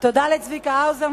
תודה לצביקה האוזר,